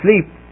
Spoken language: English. sleep